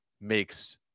makes